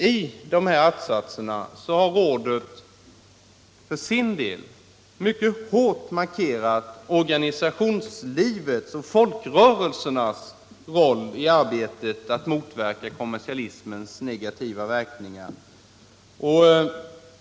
I de fyra att-satserna har rådet mycket hårt markerat organisationslivets och folkrörelsernas roll i arbetet att motverka kommersialismens negativa verkningar.